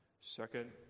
Second